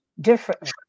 differently